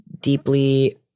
deeply